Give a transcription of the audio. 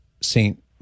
Saint